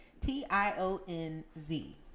T-I-O-N-Z